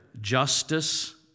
Justice